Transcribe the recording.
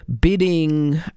bidding